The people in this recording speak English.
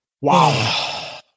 Wow